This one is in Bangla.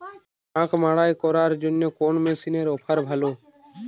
আখ মাড়াই করার জন্য কোন মেশিনের অফার ভালো?